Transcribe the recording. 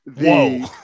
Whoa